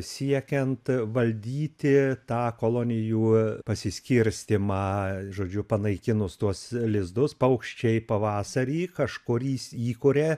siekiant valdyti tą kolonijų pasiskirstymą žodžiu panaikinus tuos lizdus paukščiai pavasarį kažkur įsi įkuria